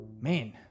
Man